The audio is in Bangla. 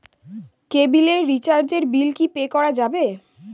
কেবিলের রিচার্জের বিল কি পে করা যাবে?